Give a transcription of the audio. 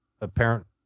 apparent